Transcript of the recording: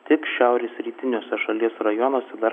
tik šiaurės rytiniuose šalies rajonuose dar